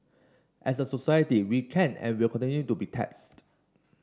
as a society we can and will continue to be tested